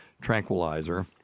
tranquilizer